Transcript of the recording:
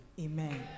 Amen